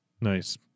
Nice